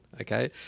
okay